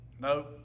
No